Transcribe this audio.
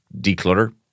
declutter